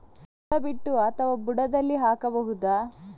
ಬುಡ ಬಿಟ್ಟು ಅಥವಾ ಬುಡದಲ್ಲಿ ಹಾಕಬಹುದಾ?